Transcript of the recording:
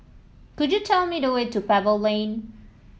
could you tell me the way to Pebble Lane